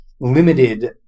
limited